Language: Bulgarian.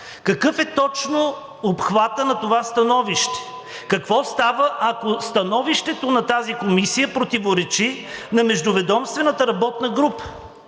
Какъв е точно обхватът на това становище? Какво става, ако становището на тази комисия противоречи на междуведомствената работна група?